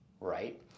right